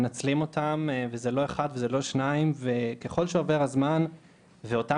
מנצלים אותם וזה לא אחד ולא שניים וככל שעובר הזמן ואותם